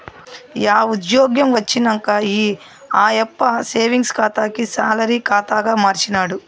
yeah ఉజ్జ్యోగం వచ్చినంక ఈ ఆయప్ప సేవింగ్స్ ఖాతాని సాలరీ కాతాగా మార్చినాడు